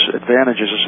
advantages